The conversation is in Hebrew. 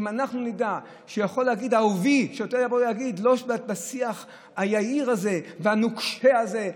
אם אנחנו נדע ששוטר יכול להגיד "אהובי"; לא בשיח היהיר הזה והנוקשה הזה,